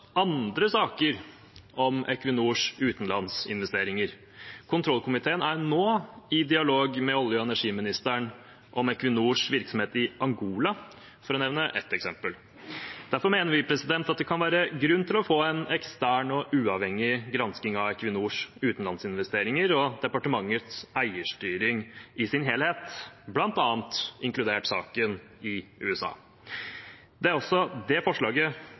andre saker om Equinors utenlandsinvesteringer. Kontrollkomiteen er nå i dialog med olje- og energiministeren om Equinors virksomhet i Angola, for å nevne ett eksempel. Derfor mener vi at det kan være grunn til å få en ekstern og uavhengig gransking av Equinors utenlandsinvesteringer og departementets eierstyring i sin helhet, bl.a. inkludert saken i USA. Det forslaget vi nå behandler, tar til orde for akkurat det.